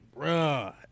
Bruh